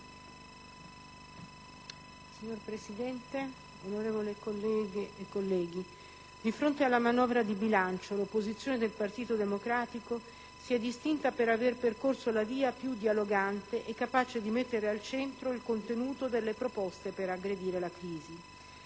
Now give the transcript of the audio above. Signor Presidente, onorevoli colleghe e colleghi, di fronte alla manovra di bilancio l'opposizione del Partito Democratico si è distinta per aver percorso la via più dialogante e capace di mettere al centro il contenuto delle proposte per aggredire la crisi.